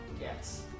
Yes